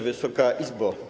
Wysoka Izbo!